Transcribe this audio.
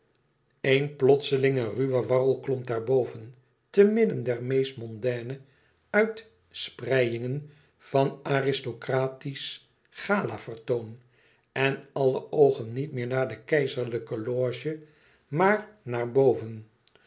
eén plotselinge ruwe warrelklomp daarboven te midden der meest mondaine uitspreiïngen van aristocratisch gala vertoon en alle oogen niet meer naar de keizerlijke loge maar naar boven